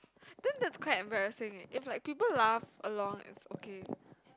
then that is quite embarrassing leh if like people laugh along then it's okay